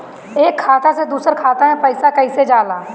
एक खाता से दूसर खाता मे पैसा कईसे जाला?